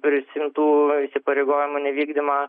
prisiimtų įsipareigojimų nevykdymą